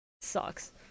Sucks